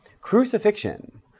Crucifixion